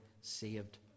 saved